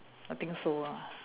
I think so ah